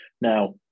now